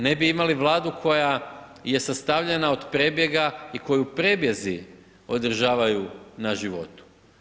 Ne bi imali Vladu koja je sastavljena od prebjega i koju prebjezi održavaju na životu.